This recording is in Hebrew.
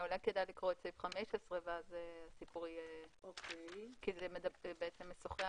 אולי כדאי לקרוא את סעיף 15 כי זה בעצם משוחח